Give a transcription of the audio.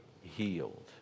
healed